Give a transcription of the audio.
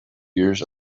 years